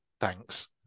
thanks